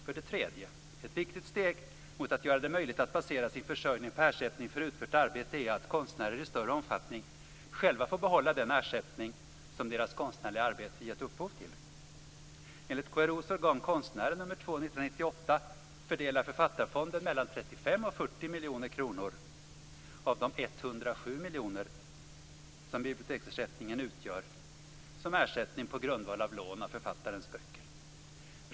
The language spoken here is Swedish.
För det tredje: Ett viktigt steg mot att göra det möjligt att basera sin försörjning på ersättning för utfört arbete är att konstnärer i större omfattning själva får behålla den ersättning som deras konstnärliga arbete gett upphov till. Enligt KRO:s organ Konstnären nr 2, 1998 fördelar Författarfonden 35-40 miljoner kronor av de 107 miljoner kronor som biblioteksersättningen utgör som ersättning på grundval av lån av författarens böcker.